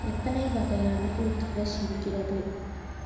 எத்தனை வகையான tooth brush இருக்கிறது